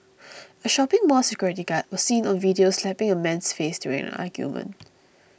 a shopping mall security guard was seen on video slapping a man's face during an argument